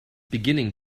beginning